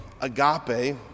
agape